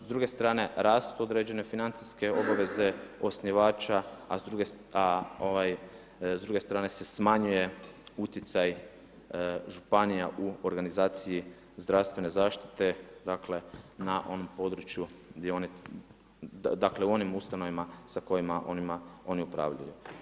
S druge strane rastu određene financijske obaveze osnivača, a s druge strane se smanjuje utjecaj županija u organizaciji zdravstvene zaštite dakle na onom području gdje oni, dakle u onim ustanovama sa kojima oni upravljaju.